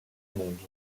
monde